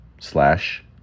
slash